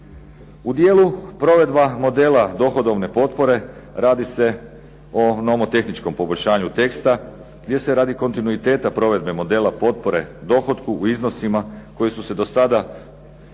U dijelu provedba modela dohodovne potpore radi se o nomotehničkom poboljšanju tekstu gdje se radi kontinuiteta provedbe modela potpore dohotku u iznosima koji su se do sada primjenjivali